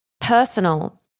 personal